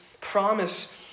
promise